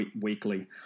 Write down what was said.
weekly